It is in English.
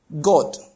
God